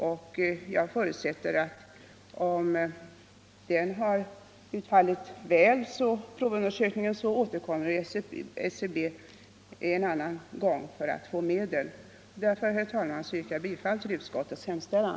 Om provundersökningen har utfallit väl förutsätter jag att SCB återkommer för att få medel. Därför, herr talman, ber jag att få yrka bifall till utskottets hemställan.